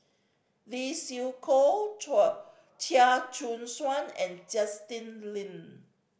Lee Siew Choh Chia Choo Suan and Justin Lean